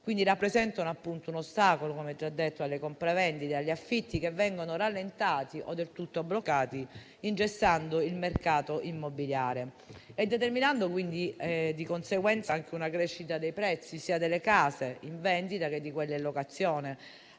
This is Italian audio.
quindi rappresentano un ostacolo, come già detto, alle compravendite e agli affitti, che vengono rallentati o del tutto bloccati, ingessando il mercato immobiliare e determinando, di conseguenza, anche una crescita dei prezzi sia delle case in vendita sia di quelle in locazione,